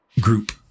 group